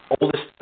oldest